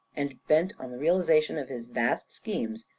and bent on the realization of his vast schemes,